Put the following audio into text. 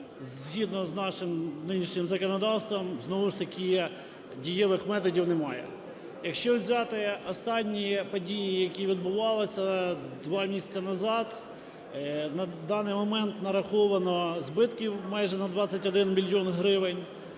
згідно з нашим нинішнім законодавством, знову ж таки, дієвих методів немає. Якщо взяти останні події, які відбувалися два місяці назад, на даний момент нараховано збитків майже на 21 мільйон гривень.